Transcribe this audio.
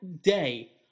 day